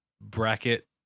bracket